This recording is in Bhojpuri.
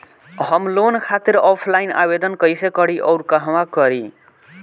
हम लोन खातिर ऑफलाइन आवेदन कइसे करि अउर कहवा करी?